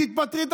תתפטרי,